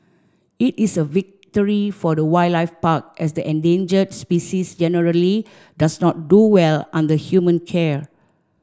it is a victory for the wildlife park as the endangered species generally does not do well under human care